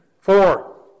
Four